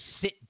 sit